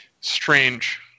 strange